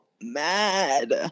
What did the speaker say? mad